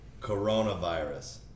Coronavirus